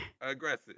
aggressive